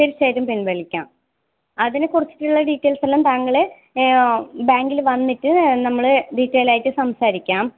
തീർച്ചയായിട്ടും പിൻവലിക്കാം അതിനെക്കുറിച്ചുള്ള ഡീറ്റെയ്ൽസെല്ലാം താങ്കളെ ബാങ്കിൽ വന്നിട്ട് നമ്മൾ ഡീറ്റെയിലായിട്ട് സംസാരിക്കണം